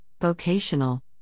vocational